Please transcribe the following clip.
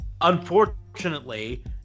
Unfortunately